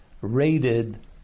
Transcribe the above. rated